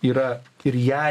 yra ir ją